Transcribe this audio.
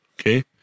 Okay